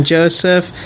Joseph